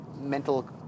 mental